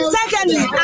secondly